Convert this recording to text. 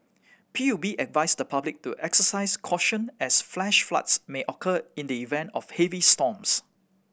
P U B advised the public to exercise caution as flash floods may occur in the event of heavy storms